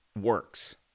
works